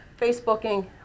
Facebooking